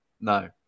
No